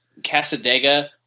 Casadega